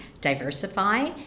diversify